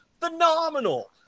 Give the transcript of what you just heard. phenomenal